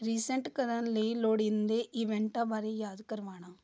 recent ਕਰਨ ਲਈ ਲੋੜੀਂਦੇ ਇਵੈਂਟਾਂ ਬਾਰੇ ਯਾਦ ਕਰਵਾਉਣਾ